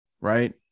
right